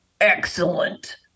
Excellent